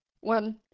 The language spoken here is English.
one